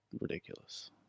ridiculous